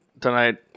Tonight